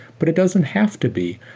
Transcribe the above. but it doesn't have to be.